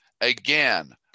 Again